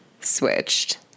switched